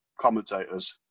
commentators